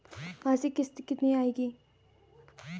मासिक किश्त कितनी आएगी?